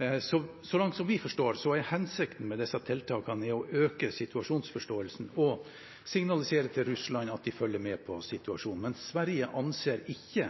Så langt vi forstår det, er hensikten med disse tiltakene å øke situasjonsforståelsen og signalisere til Russland at de følger med på situasjonen. Men Sverige anser ikke